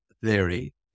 theory